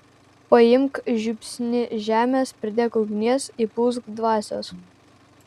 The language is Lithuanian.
paimk žiupsnį žemės pridėk ugnies įpūsk dvasios